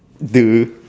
!duh!